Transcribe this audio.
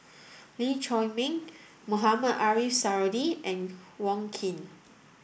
Lee Chiaw Meng Mohamed Ariff Suradi and Wong Keen